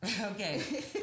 Okay